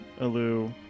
Alu